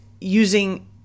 using